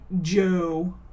Joe